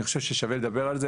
אני חושב ששווה לדבר על זה,